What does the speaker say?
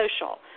social